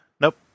Nope